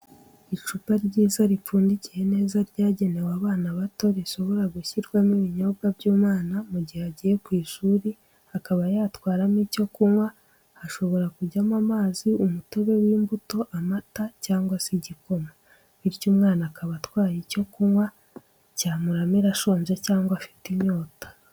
Icupa ryiza ripfundikiye neza ryagenewe abana bato rishobora gushyirwamo ibinyobwa by'umwana mu gihe agiye ku ishuri akaba yatwaramo icyo kunywa hashobora kujyamo amazi umutobe w'imbuto, amata cyangwa se igikoma, bityo umwana akaba atwaye icyo kunywa cyamuramira ashonje cyangwa afite inyota.